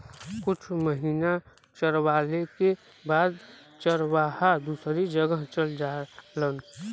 कुछ महिना चरवाले के बाद चरवाहा दूसरी जगह चल जालन